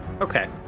Okay